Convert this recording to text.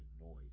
annoyed